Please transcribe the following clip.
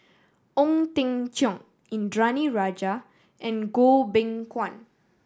Ong Teng Cheong Indranee Rajah and Goh Beng Kwan